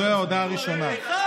זו ההודעה הראשונה.